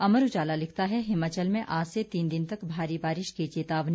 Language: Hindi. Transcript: अमर उजाला लिखता है हिमाचल में आज से तीन दिन तक भारी बारिश की चेतावनी